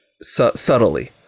subtly